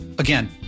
Again